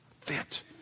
fit